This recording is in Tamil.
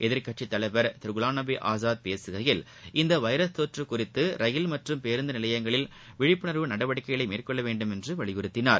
எதிர்க்கட்சித் தலைவர் திரு குலாம்நபி ஆஸாத் பேசுகையில் இந்த வைரஸ் தொற்று குறித்து ரயில் மற்றும் பேருந்து நிலையங்ளில் விழிப்புணர்வு நடவடிக்கைகளை மேற்கொள்ள வேண்டுமென்று வலியுறுத்தினார்